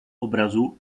obrazu